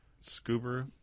Scuba